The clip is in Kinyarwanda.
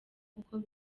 kuko